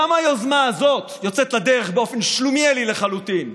גם היוזמה הזאת יוצאת לדרך באופן שלומיאלי לחלוטין.